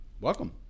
Welcome